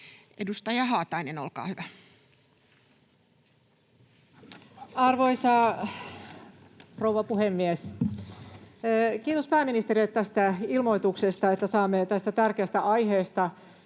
Edustaja Haatainen, olkaa hyvä. Arvoisa rouva puhemies! Kiitos pääministerille tästä ilmoituksesta ja että saamme tästä tärkeästä aiheesta